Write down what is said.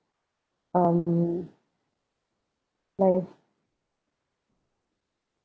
um like